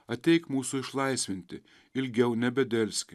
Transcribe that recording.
ateik mūsų išlaisvinti ilgiau nebedelski